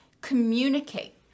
communicate